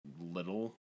little